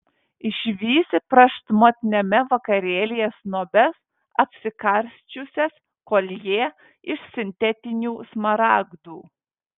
išvysi prašmatniame vakarėlyje snobes apsikarsčiusias koljė iš sintetinių smaragdų